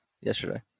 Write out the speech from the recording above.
yesterday